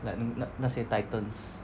like 那那些 titans